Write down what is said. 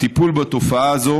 הטיפול בתופעה הזאת